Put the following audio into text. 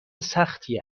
سختی